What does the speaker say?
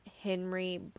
Henry